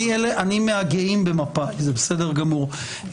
אני מהגאים במפא"י, זה בסדר גמור.